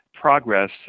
progress